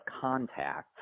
contact